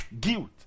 Guilt